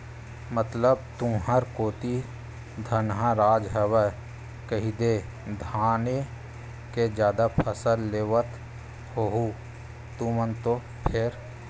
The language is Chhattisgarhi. मतलब तुंहर कोती धनहा राज हरय कहिदे धाने के जादा फसल लेवत होहू तुमन तो फेर?